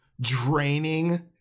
draining